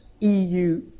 EU